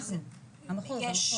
אנחנו, המחוז.